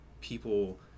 people